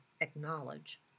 acknowledge